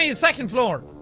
ah second floor.